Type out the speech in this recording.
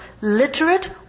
literate